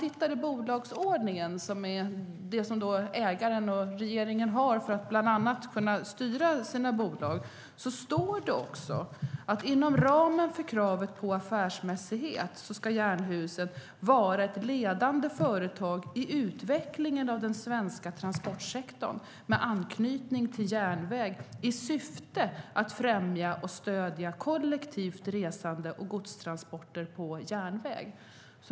I bolagsordningen, som ägaren och regeringen har för att bland annat kunna styra bolagen, står det att bolaget "ska, inom ramen för kravet på affärsmässighet, vara ett ledande företag i utvecklingen av den svenska transportsektorn med anknytning till järnväg i syfte att främja och stödja kollektivt resande och godstransporter på järnväg".